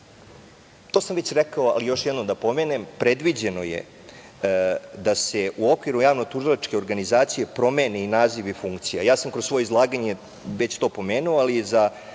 sam već rekao, ali još jednom da pomenem, predviđeno je da se u okviru javno-tužilačke organizacije promeni naziv i funkcija. Ja sam kroz svoje izlaganje već to spomenuo, ali za